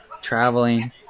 traveling